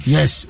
Yes